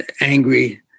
angry